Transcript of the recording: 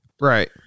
Right